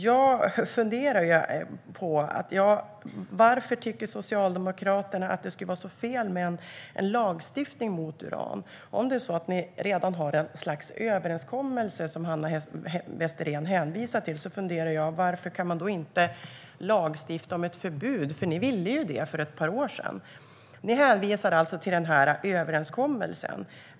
Jag funderar på varför Socialdemokraterna tycker att det skulle vara så fel med en lagstiftning mot uran. Om ni redan har ett slags överenskommelse, som Hanna Westerén hänvisar till, funderar jag på varför man då inte kan lagstifta om ett förbud. Ni ville det för ett par år sedan. Ni hänvisar alltså till denna överenskommelse.